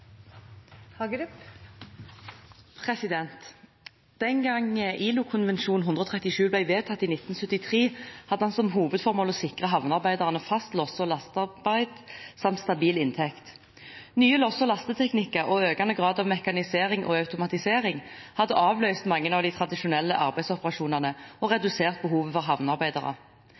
Den gangen ILO-konvensjon 137 ble vedtatt, i 1973, hadde den som hovedformål å sikre havnearbeiderne fast losse- og lastearbeid samt stabil inntekt. Nye losse- og lasteteknikker og økende grad av mekanisering og automatisering hadde avløst mange av de tradisjonelle arbeidsoperasjonene og redusert behovet for havnearbeidere.